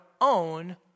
own